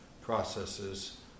processes